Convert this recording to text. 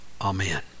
Amen